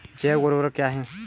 जैव ऊर्वक क्या है?